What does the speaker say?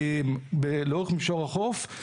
לאורך מישור החוף.